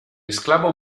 esclavo